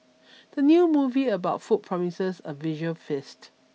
the new movie about food promises a visual feast